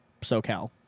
SoCal